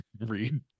read